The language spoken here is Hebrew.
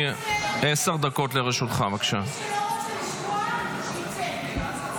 יש לך עשר דקות, זה על הסיעה שלך.